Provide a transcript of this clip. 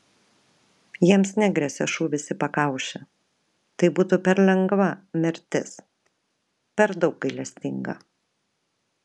jiems negresia šūvis į pakaušį tai būtų per lengva mirtis per daug gailestinga